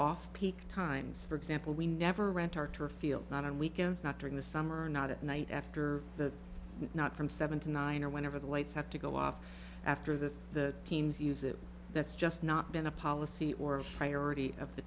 off peak times for example we never rent our tour field not on weekends not during the summer not at night after that but not from seven to nine or whenever the lights have to go off after that the teams use it that's just not been a policy or priority of the